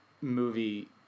movie